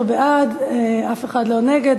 13 בעד, אף אחד לא נגד.